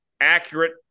accurate